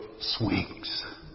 swings